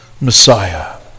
Messiah